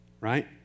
right